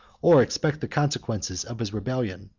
or expect the consequences of his rebellion.